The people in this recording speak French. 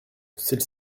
celle